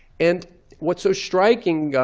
and what's so striking